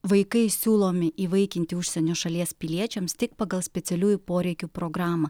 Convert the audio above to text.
vaikai siūlomi įvaikinti užsienio šalies piliečiams tik pagal specialiųjų poreikių programą